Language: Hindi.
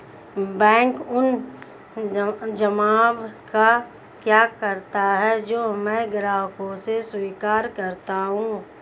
बैंक उन जमाव का क्या करता है जो मैं ग्राहकों से स्वीकार करता हूँ?